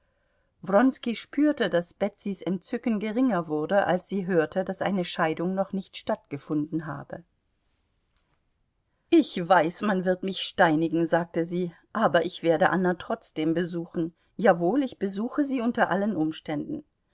spürte daß betsys entzücken geringer wurde als sie hörte daß eine scheidung noch nicht stattgefunden habe ich weiß man wird mich steinigen sagte sie aber ich werde anna trotzdem besuchen jawohl ich besuche sie unter allen umständen